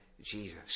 Jesus